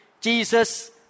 Jesus